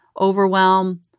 overwhelm